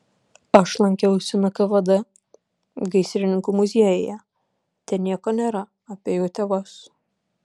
aš lankiausi nkvd gaisrininkų muziejuje ten nieko nėra apie jų tėvus